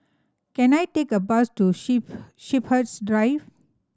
can I take a bus to Sheep Shepherds Drive